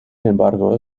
embargo